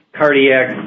cardiac